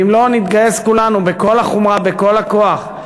ואם לא נתגייס כולנו בכל החומרה, בכל הכוח,